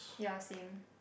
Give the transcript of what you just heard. yeah same